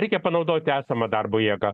reikia panaudoti esamą darbo jėgą